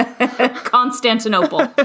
Constantinople